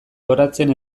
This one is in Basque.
loratzen